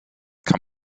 kann